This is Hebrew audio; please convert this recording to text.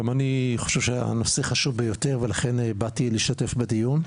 גם אני חושב שהנושא חשוב ביותר ולכן באתי להשתתף בדיון,